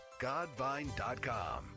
Godvine.com